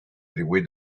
díhuit